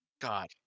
god